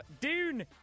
Dune